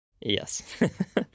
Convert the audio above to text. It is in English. Yes